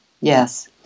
yes